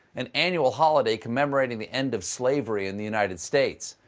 an annual holiday commemorating the end of slavery in the united states.